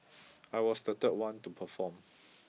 I was the third one to perform